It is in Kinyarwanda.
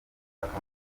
bakame